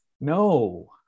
No